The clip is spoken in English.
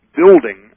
building